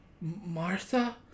Martha